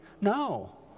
No